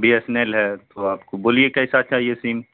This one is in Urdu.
بی ایس این ایل ہے تو آپ کو بولیے کیسا چاہیے سیم